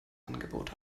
angebot